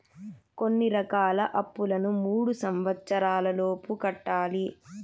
కొన్ని రకాల అప్పులను మూడు సంవచ్చరాల లోపు కట్టాలి